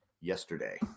yesterday